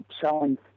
selling